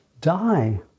die